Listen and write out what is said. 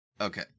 Okay